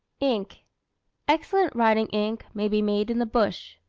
ink excellent writing-ink may be made in the bush.